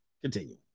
Continue